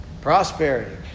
Prosperity